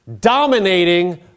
dominating